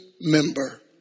member